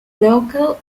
local